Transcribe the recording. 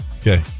Okay